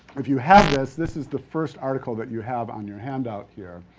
if you have this, this is the first article that you have on your handout here.